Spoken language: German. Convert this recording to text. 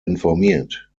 informiert